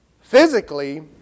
physically